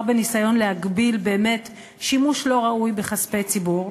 בניסיון להגביל באמת שימוש לא ראוי בכספי ציבור?